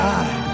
God